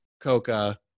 coca